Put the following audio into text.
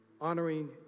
honoring